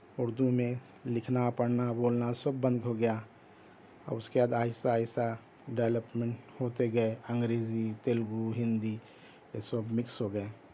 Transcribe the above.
اردو میں لکھنا پڑھنا بولنا سب بند ہو گیا اور اس کے بعد آہستہ آہستہ ڈیولپمنٹ ہوتے گئے انگریزی تیلگو ہندی سب مکس ہو گیا